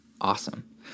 awesome